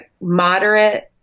moderate